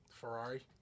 Ferrari